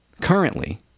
Currently